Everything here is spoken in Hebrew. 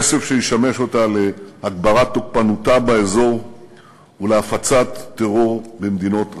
כסף שישמש אותה להגברת תוקפנותה באזור ולהפצת טרור למדינות רבות.